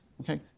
okay